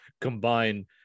combine